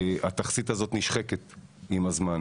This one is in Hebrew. התכסית הזאת נשחקת עם הזמן.